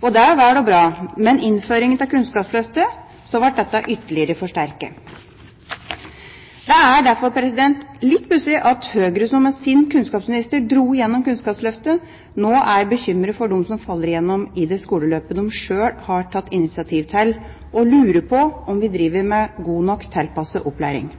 Det er vel og bra, men med innføringen av Kunnskapsløftet ble dette ytterligere forsterket. Det er derfor litt pussig at Høyre, som med sin kunnskapsminister dro gjennom Kunnskapsløftet, nå er bekymret for dem som faller igjennom i det skoleløpet de sjøl har tatt initiativ til, og lurer på om vi driver med god nok tilpasset opplæring.